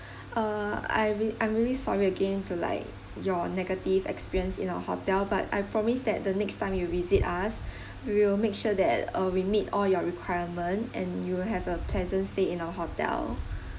uh I'm re~ I'm really sorry again to like your negative experience in our hotel but I promise that the next time you visit us we will make sure that uh we meet all your requirement and you will have a pleasant stay in our hotel